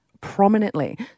prominently